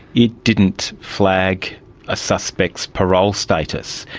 it didn't flag a suspect's parole status,